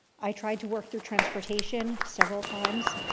i tried to work through transportation several times